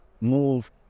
move